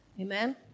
Amen